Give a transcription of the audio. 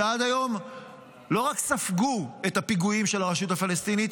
שעד היום לא רק ספגו את הפיגועים של הרשות הפלסטינית